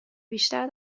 بیشتر